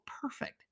perfect